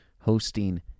hosting